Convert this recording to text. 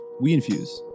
WeInfuse